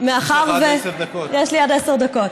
יש לך עד עשר דקות.